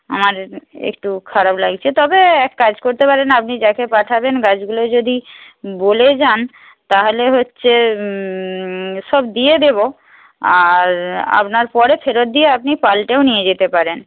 আমার একটু খারাপ লাগছে তবে এক কাজ করতে পারেন আপনি যাকে পাঠাবেন গাছগুলো যদি বলে যান তাহলে হচ্ছে সব দিয়ে দেবো আর আপনার পরে ফেরত দিয়ে আপনি পাল্টেও নিয়ে যেতে পারেন